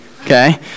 Okay